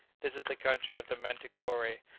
this is the country of the manticorae,